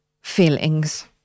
feelings